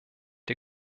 der